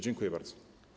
Dziękuję bardzo.